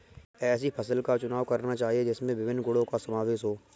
ऐसी फसल का चुनाव करना चाहिए जिसमें विभिन्न गुणों का समावेश हो